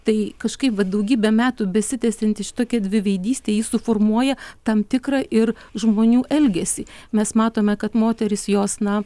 tai kažkaip vat daugybę metų besitęsianti šitokia dviveidystė jį suformuoja tam tikrą ir žmonių elgesį mes matome kad moterys jos na